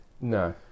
No